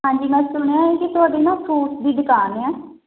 ਹਾਂਜੀ ਮੈਂ ਸੁਣਿਆ ਹੈ ਕਿ ਤੁਹਾਡੀ ਨਾ ਫਰੂਟਸ ਦੀ ਦੁਕਾਨ ਆ